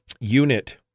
unit